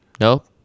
Nope